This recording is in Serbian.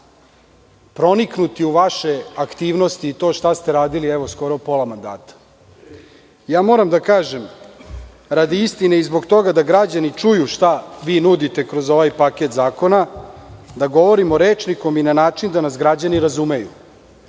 proniknuti u vaše aktivnosti i u to što ste radili, evo, skoro pola mandata. Moram da kažem radi istine i zbog toga da građani čuju šta nudite kroz ovaj paket zakona, da govorim rečnikom i na način da nas građani razumeju. Dakle,